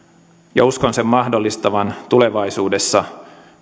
ja uskon sen mahdollistavan tulevaisuudessa